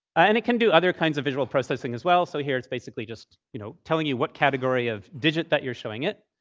ah and it can do other kinds of visual processing as well. so here, it's basically just you know telling you what category of digit that you're showing it.